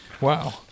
Wow